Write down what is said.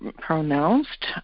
pronounced